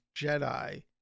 jedi